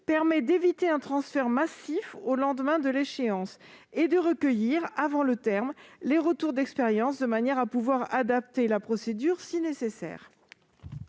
permettait d'éviter un transfert massif au lendemain de l'échéance et de recueillir avant le terme les retours d'expérience, de manière à pouvoir adapter la procédure si nécessaire.